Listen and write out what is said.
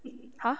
!huh!